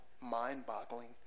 mind-boggling